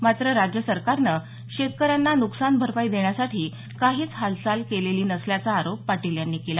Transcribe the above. मात्र राज्य सरकारने शेतकऱ्यांना नुकसान भरपाई देण्यासाठी काहीच हालचाल केलेली नसल्याचा आरोप पाटील यांनी केला